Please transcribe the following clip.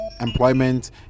employment